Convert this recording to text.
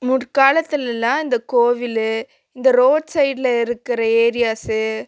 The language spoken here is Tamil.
முற்காலத்துலெலாம் இந்த கோவில் இந்த ரோட் சைடுல இருக்கிற ஏரியாஸு